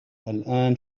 الآن